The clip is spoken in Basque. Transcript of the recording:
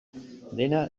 dena